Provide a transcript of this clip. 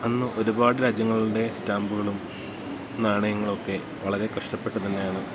അന്ന് ഒരുപാട് രാജ്യങ്ങളുടെ സ്റ്റാമ്പ്കളും നാണയങ്ങളുവൊക്കെ വളരെ കഷ്ടപ്പെട്ട് തന്നെയാണ്